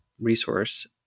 resource